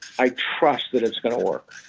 i trust that it's going to work.